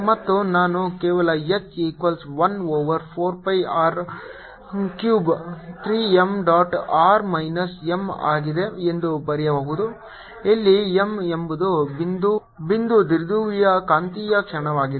ಮತ್ತು ನಾನು ಕೇವಲ H equals 1 over 4 pi r cube 3 m dot r minus m ಆಗಿದೆ ಎಂದು ಬರೆಯಬಹುದು ಇಲ್ಲಿ m ಎಂಬುದು ಬಿಂದು ದ್ವಿಧ್ರುವಿಯ ಕಾಂತೀಯ ಕ್ಷಣವಾಗಿದೆ